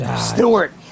Stewart